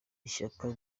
ishyaka